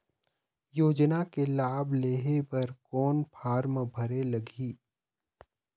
योजना के लाभ लेहे बर कोन फार्म भरे लगही?